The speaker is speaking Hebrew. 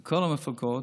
לכנסת.